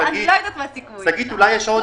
אני לא יודעת מה סיכמו איתך.